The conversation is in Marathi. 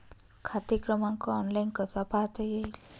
खाते क्रमांक ऑनलाइन कसा पाहता येईल?